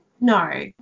No